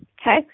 okay